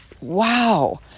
wow